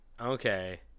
Okay